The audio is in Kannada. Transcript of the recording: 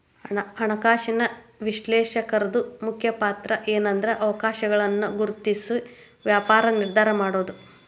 ಹಣಕಾಸಿನ ವಿಶ್ಲೇಷಕರ್ದು ಮುಖ್ಯ ಪಾತ್ರಏನ್ಂದ್ರ ಅವಕಾಶಗಳನ್ನ ಗುರ್ತ್ಸಿ ವ್ಯಾಪಾರ ನಿರ್ಧಾರಾ ಮಾಡೊದು